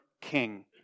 King